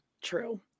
true